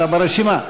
אתה ברשימה.